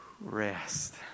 rest